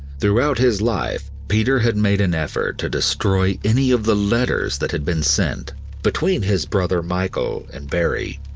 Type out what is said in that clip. throughout his life peter had made an effort to destroy any of the letters that had been sent between his brother, michael, and barrie,